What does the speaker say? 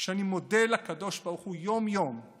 שאני מודה לקדוש ברוך הוא יום-יום הוא